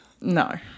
No